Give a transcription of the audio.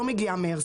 לא מגיעה מאיירסופט,